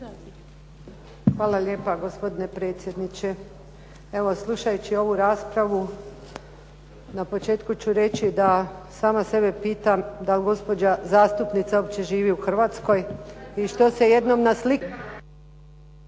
Hvala lijepo gospodine predsjedniče. Evo slušajući ovu raspravu na početku ću reći da sama sebe pitam da li gospođa zastupnica uopće živi u Hrvatskoj. … /Upadica se ne